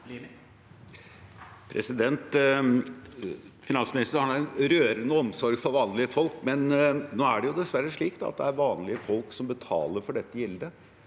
Finansmi- nisteren har en rørende omsorg for vanlige folk, men nå er det dessverre slik at det er vanlige folk som betaler for dette gildet,